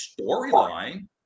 storyline